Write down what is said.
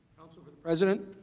counsel for the president.